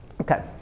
Okay